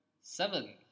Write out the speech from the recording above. seven